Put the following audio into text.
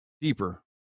deeper